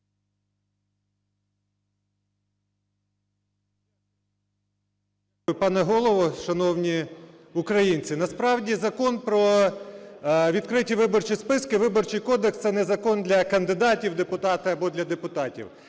Л.О. Пане Голово, шановні українці, насправді Закон про відкриті виборчі списки, Виборчий кодекс – це не закон для кандидатів в депутати або для депутатів.